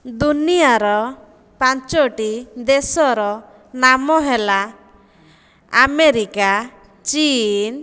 ଦୁନିଆର ପାଞ୍ଚଟି ଦେଶର ନାମ ହେଲା ଆମେରିକା ଚୀନ